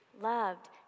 Loved